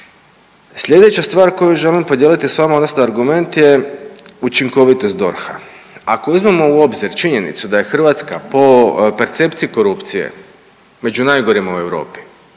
Slijedeća stvar koju želim podijeliti s vama odnosno argument je učinkovitost DORH-a. Ako uzmemo u obzir činjenicu da je Hrvatska po percepciji korupcije među najgorima u Europi,